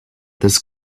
this